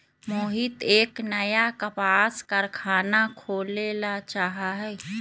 मोहित एक नया कपास कारख़ाना खोले ला चाहा हई